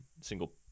Single